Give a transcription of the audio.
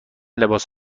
لباس